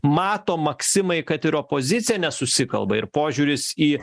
mato maksimai kad ir opozicija nesusikalba ir požiūris į